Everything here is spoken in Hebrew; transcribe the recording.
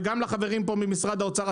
וגם לחברים פה ממשרד האוצר,